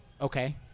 okay